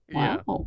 wow